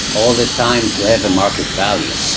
all the time, to have a market value.